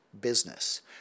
business